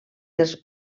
dels